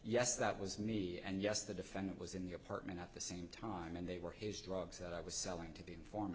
yes that was me and yes the defendant was in the apartment at the same time and they were his drugs that i was selling to be inform